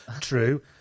true